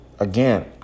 Again